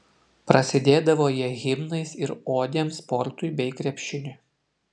prasidėdavo jie himnais ir odėm sportui bei krepšiniui